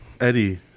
eddie